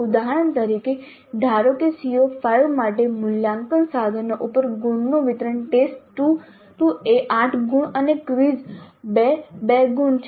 ઉદાહરણ તરીકે ધારો કે CO5 માટે મૂલ્યાંકન સાધનો ઉપર ગુણનું વિતરણ ટેસ્ટ 2 8 ગુણ અને ક્વિઝ 2 2 ગુણ છે